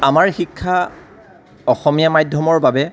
আমাৰ শিক্ষা অসমীয়া মাধ্যমৰ বাবে